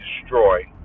destroy